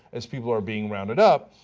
as people are being rounded up.